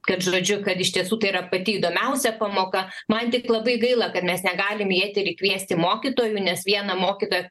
kad žodžiu kad iš tiesų tai yra pati įdomiausia pamoka man tik labai gaila kad mes negalim į eterį kviesti mokytojų nes vieną mokytoją